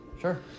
Sure